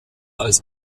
als